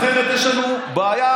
אחרת יש לנו בעיה,